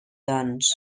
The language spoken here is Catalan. doncs